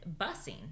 busing